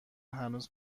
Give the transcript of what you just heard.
هنوز